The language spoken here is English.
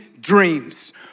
dreams